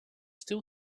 still